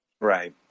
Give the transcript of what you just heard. Right